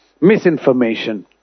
misinformation